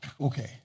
okay